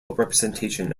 representation